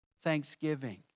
thanksgiving